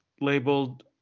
labeled